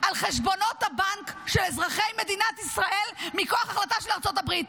על חשבונות הבנק של אזרחי מדינת ישראל מכוח החלטה של ארצות הברית.